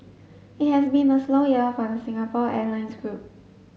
it has been a slow year for the Singapore Airlines group